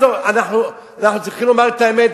אנחנו צריכים לומר את האמת,